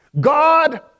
God